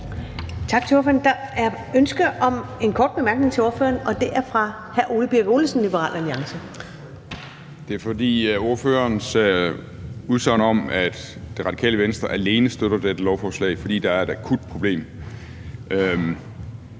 Tak til ordføreren. Der er ønske om en kort bemærkning til ordføreren, og det er fra hr. Ole Birk Olesen, Liberal Alliance. Kl. 13:59 Ole Birk Olesen (LA): Det er, fordi ordførerens udsagn om, at Det Radikale Venstre alene støtter dette lovforslag, fordi der er et akut problem,